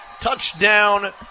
Touchdown